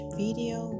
video